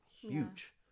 huge